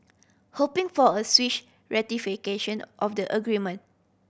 hoping for a swish ratification of the agreement